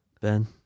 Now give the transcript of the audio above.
Ben